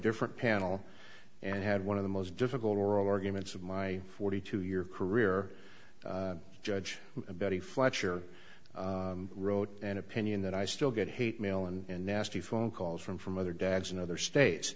different panel and had one of the most difficult oral arguments of my forty two year career judge betty fletcher wrote an opinion that i still get hate mail and nasty phone calls from from other dads in other states